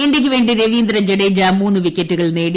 ഇന്ത്യയ്ക്കുവേണ്ടി രവീന്ദ്ര ജെഡേജ മൂന്ന് വിക്കറ്റുകൾ നേടി